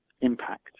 impact